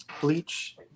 Bleach